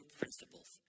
principles